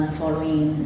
following